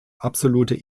absolute